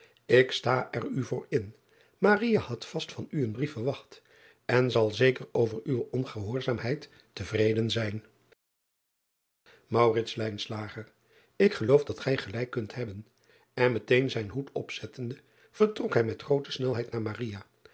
k sta er u voor in had vast van u een brief verwacht en zal zeker over uwe ongehoorzaamheid te vreden zijn k geloof dat gij gelijk kunt hebben n meteen zijn hoed opzettende vertrok hij met groote snelheid naar